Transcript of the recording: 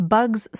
Bugs